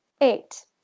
Eight